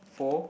four